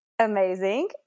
Amazing